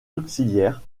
auxiliaires